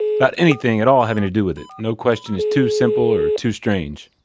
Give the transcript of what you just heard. about anything at all having to do with it, no question is too simple or too strange,